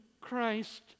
Christ